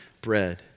bread